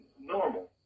normal